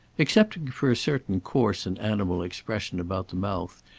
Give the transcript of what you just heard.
excepting for a certain coarse and animal expression about the mouth,